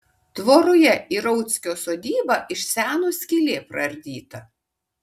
tvoroje į rauckio sodybą iš seno skylė praardyta